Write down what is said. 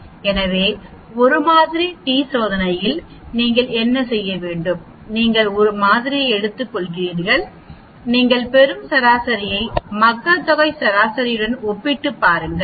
எனவே 1 மாதிரி டி சோதனையில் நீங்கள் என்ன செய்ய வேண்டும் நீங்கள் ஒரு மாதிரியை எடுத்துக்கொள்கிறீர்கள் நீங்கள் பெறும் சராசரியை மக்கள்தொகை சராசரியுடன் ஒப்பிட்டுப் பாருங்கள்